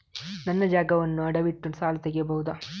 ನನ್ನ ಜಾಗವನ್ನು ಅಡವಿಟ್ಟು ಸಾಲ ತೆಗೆಯಬಹುದ?